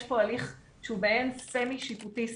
יש פה הליך שהוא מעין סמי שיפוטי סטטוטורי.